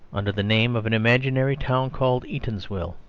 under the name of an imaginary town called eatanswill.